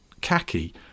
khaki